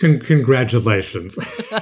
Congratulations